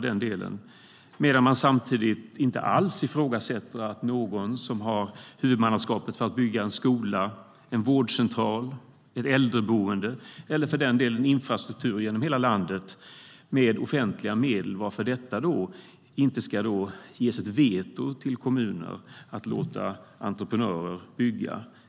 Samtidigt föreslår man inte att kommunerna eller de som har huvudmannaskapet för att med offentliga medel bygga en skola, en vårdcentral, ett äldreboende eller för den delen infrastruktur över hela landet ges veto när det gäller att låta entreprenörer bygga.